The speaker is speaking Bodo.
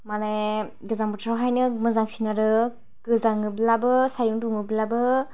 माने गोजां बोथोराव हायनो मोजांसिन आरो गोजाङोब्लाबो सान्दुं दुङोब्लाबो